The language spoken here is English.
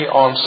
on